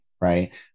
right